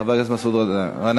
חבר הכנסת מסעוד גנאים.